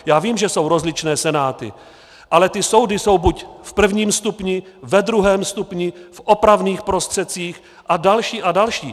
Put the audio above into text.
Já vím, že jsou rozličné senáty, ale soudy jsou buď v prvním stupni, ve druhém stupni, v opravných prostředcích a další a další.